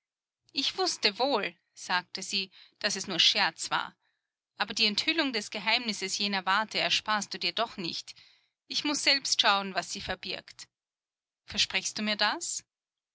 ich wußte wohl sagte sie daß es nur scherz war aber die enthüllung des geheimnisses jener warte ersparst du dir doch nicht ich muß selbst schauen was sie verbirgt versprichst du mir das